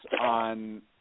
on